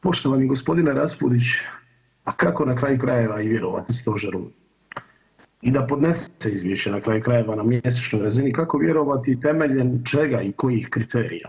Poštovani gospodine Raspudić, kako na kraju krajeva i vjerovati Stožeru i da podnese izvješće na kraju krajeva na mjesečnoj razini, kako vjerovati, temeljem čega i kojih kriterija.